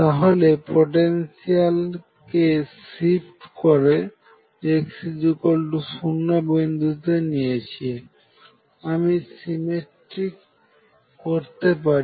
তাহলে পোটেনশিয়ালকে শিফট করে x0 বিন্দুতে নিয়েছে আমি সিমেট্রিক করতে পারি